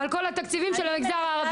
על כל התקציבים של המגזר הערבי.